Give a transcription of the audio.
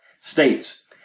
states